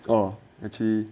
oh actually